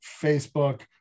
facebook